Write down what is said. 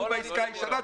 תישארו בעסקה הישנה.